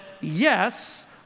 yes